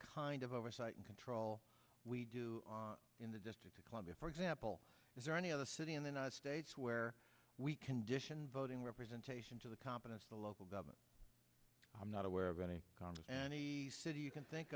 kind of oversight and control we do in the district of columbia for example is there any other city in the united states where we condition voting representation to the competence of the local government i'm not aware of any congress and city you can think